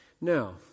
Now